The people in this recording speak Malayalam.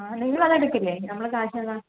ആ നിങ്ങളതെടുക്കില്ലെ നമ്മൾ ക്യാഷ് തന്നാൽ